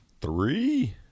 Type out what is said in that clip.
three